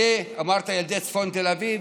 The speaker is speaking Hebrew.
אמרת ילדי צפון תל אביב?